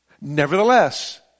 nevertheless